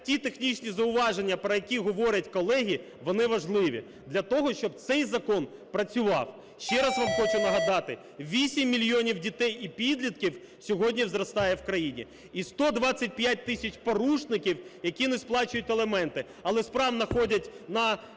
ті технічні зауваження, про які говорять колеги, вони важливі для того, щоб цей закон працював. Ще раз вам хочу нагадати, 8 мільйонів дітей і підлітків сьогодні зростає в країні. І 125 тисяч порушників, які не сплачують аліменти, але справно ходять на